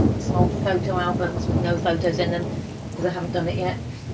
some old photo albums with no photos in them, because i haven't done it